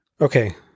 Okay